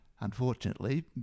Unfortunately